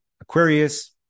Aquarius